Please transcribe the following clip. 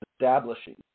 establishing